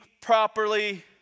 properly